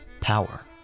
Power